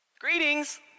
Greetings